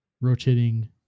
rotating